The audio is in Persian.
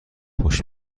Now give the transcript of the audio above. خوش